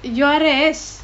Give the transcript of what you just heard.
you're s